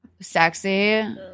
Sexy